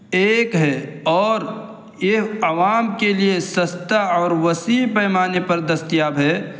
ایک ہے اور یہ عوام کے لیے سستا اور وسیع پیمانے پر دستیاب ہے